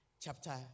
chapter